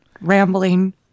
rambling